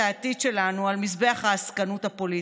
העתיד שלנו על מזבח העסקנות הפוליטית.